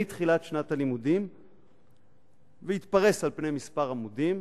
תחילת שנת הלימודים והתפרס על פני כמה עמודים,